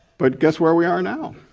but guess where we are now?